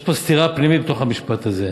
יש סתירה פנימית במשפט הזה,